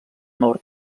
nord